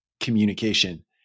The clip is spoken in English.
communication